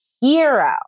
hero